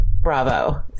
bravo